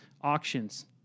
Auctions